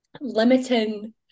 limiting